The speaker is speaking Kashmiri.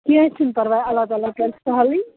کیٚنٛہہ چھُنہٕ پَرواے اللہ تعالیٰ کَرٕ سَہلے